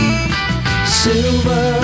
Silver